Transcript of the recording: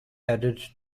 added